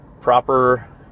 proper